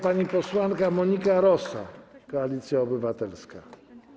Pani posłanka Monika Rosa, Koalicja Obywatelska.